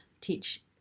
teach